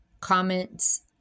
comments